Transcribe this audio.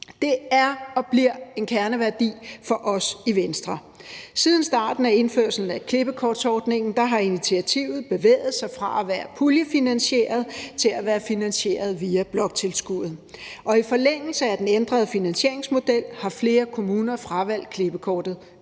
Det er og bliver en kerneværdi for os i Venstre. Siden starten af indførelsen af klippekortordningen har initiativet bevæget sig fra at være puljefinansieret til at være finansieret via bloktilskuddet, og i forlængelse af den ændrede finansieringsmodel har flere kommuner fravalgt klippekortet